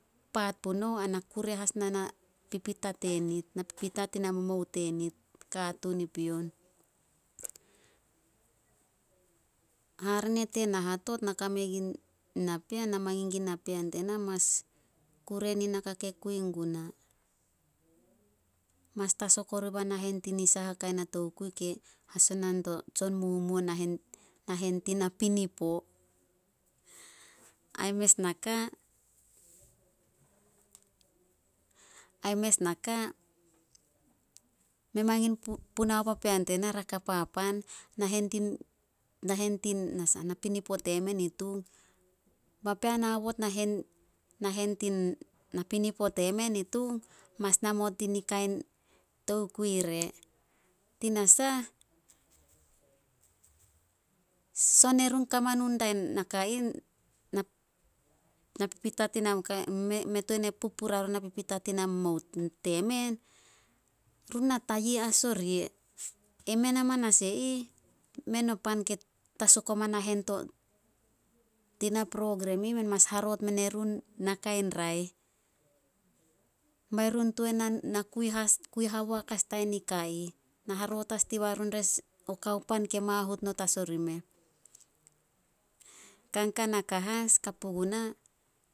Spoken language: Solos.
Paat punouh ana kure as na na pipita tenit, na pipita tina memou tenit, katuun i pion. Hare ne tena hatot, ne kame gun na pean. Mangin gun na pean tena mas kure nin naka ke kui guna. Mas tasok oriba nahen tina saha tokui ke hasona dio tsonmumuo nahen- nahen tina pinipo. Ai mes naka- ai mes naka, mei mangin puna papean tena ra ka papan nahen tin- nahen tin napinipo temen i Tung. Papean haobot nahen- nahen tin napinipo temen i Tung mas namot dini kain tokui re. Tinasah, son erun mei tuan e pup puria run na pipita tina mou temen, run na tayia as oria. E men amanas e ih, men o pan ke tasok oma nahen tina progrem i ih, men mas haroot mene run nakai raeh. Bai run tuan kui haboak as dia nika i ih. Na haroot as diba run o kao pan ke mahut not as ori meh. Kan ka naka as, ka puguna